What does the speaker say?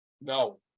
no